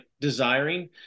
desiring